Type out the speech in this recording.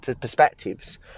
perspectives